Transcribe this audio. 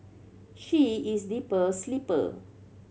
she is a deep sleeper